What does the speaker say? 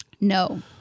No